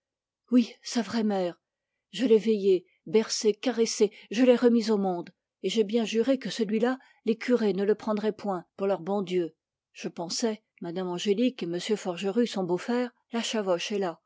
oui sa vraie mère je l'ai veillé bercé caressé je l'ai remis au monde et j'ai bien juré que celui-là les curés ne le prendraient point pour leur bon dieu je pensais mme angélique et m forgerus ont beau faire la chavoche est là